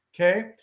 okay